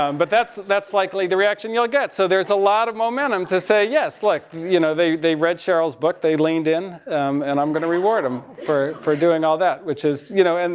um but that's, that's likely the reaction you'll get. so there's a lot of momentum to say yes, like you know look, they read sheryll's book, they leaned in and i'm going to reward them for, for doing all that, which is, you know? and